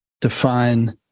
define